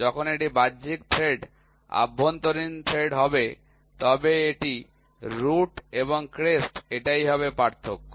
যখন এটি বাহ্যিক থ্রেড অভ্যন্তরীণ থ্রেড হবে তবে এটি রুট এবং ক্রেস্ট এটাই হবে পার্থক্য